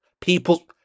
People